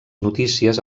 notícies